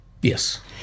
Yes